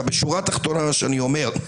בשורה התחתונה מה שאני אומר,